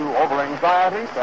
over-anxiety